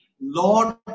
Lord